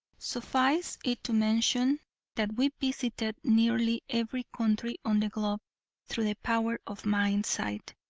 suffice it to mention that we visited nearly every country on the globe through the power of mind sight,